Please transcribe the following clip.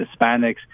Hispanics